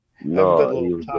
No